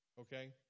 Okay